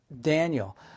Daniel